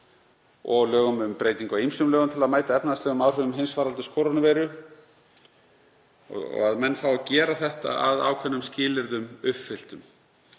og lögum um breytingu á ýmsum lögum til að mæta efnahagslegum áhrifum heimsfaraldurs kórónuveiru og að menn fái að gera þetta að ákveðnum skilyrðum uppfylltum.